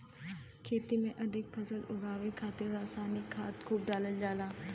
खेती में अधिक फसल उगावे खातिर रसायनिक खाद खूब डालल जाला